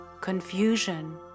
confusion